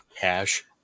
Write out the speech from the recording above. Cash